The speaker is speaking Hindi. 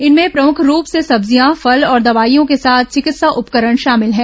इनमें प्रमुख रूप से सब्जियां फल और दवाइयों के साथ चिकित्सा उपकरण शामिल है